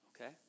Okay